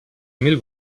mil